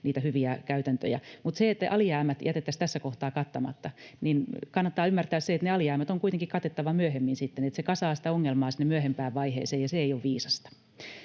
hyviä käytäntöjä. Mutta se, että alijäämät jätettäisiin tässä kohtaa kattamatta... Kannattaa ymmärtää, että ne alijäämät on kuitenkin katettava myöhemmin sitten, että se kasaa sitä ongelmaa sinne myöhempään vaiheeseen, ja se ei ole viisasta.